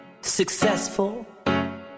successful